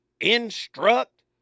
instruct